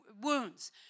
wounds